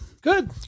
Good